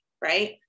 right